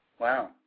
Wow